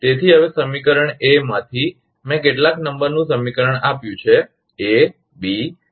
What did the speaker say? તેથી હવે સમીકરણ એ માંથી મેં કેટલાક નંબરનું સમીકરણ આપ્યું છે એ બી A B